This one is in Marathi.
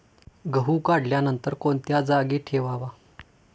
गहू काढल्यानंतर कोणत्या जागी ठेवावा?